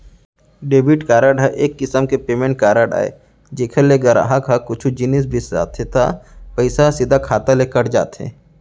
debit card ह एक किसम के पेमेंट कारड अय जेकर ले गराहक ह कुछु जिनिस बिसाथे त पइसा ह सीधा खाता ले कट जाथे